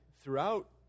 throughout